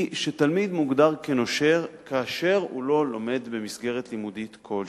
היא שתלמיד מוגדר כנושר כאשר הוא לא לומד במסגרת לימודית כלשהי.